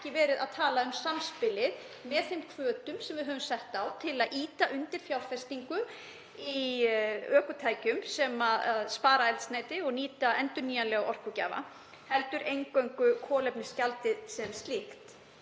skýrslu er ekki verið að tala um samspilið með þeim hvötum sem við höfum sett á til að ýta undir fjárfestingu í ökutækjum sem spara eldsneyti og nýta endurnýjanlega orkugjafa heldur eingöngu kolefnisgjaldið sem slíkt.